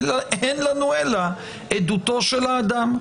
אין לנו אלא עדותו של האדם.